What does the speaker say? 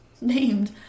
named